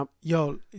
yo